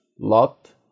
Lot